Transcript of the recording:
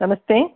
नमस्ते